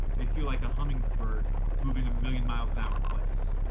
they feel like a hummingbird moving a million miles an hour in place.